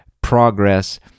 progress